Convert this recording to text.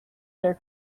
their